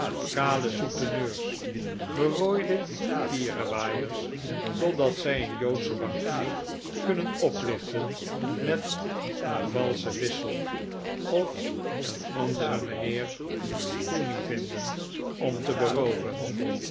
kale souteneurs berooide pierewaaiers totdat zij een joodschen bankier kunnen oplichten met een valschen wissel of een anderen mijnheer spooney vinden om te berooven